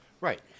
Right